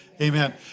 Amen